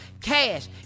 cash